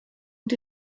and